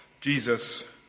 Jesus